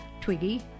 Twiggy